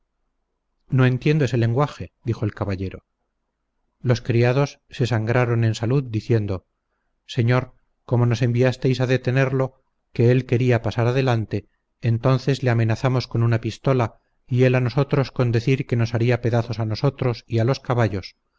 no entiendo ese lenguaje dijo el caballero los criados se sangraron en salud diciendo señor como nos enviasteis a detenerlo que él quería pasar adelante entonces le amenazamos con una pistola y él a nosotros con decir que nos haría pedazos a nosotros y a los caballos